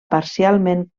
parcialment